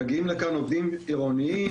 מגיעים לכאן עובדים עירוניים,